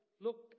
look